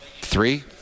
three